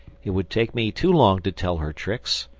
it would take me too long to tell her tricks.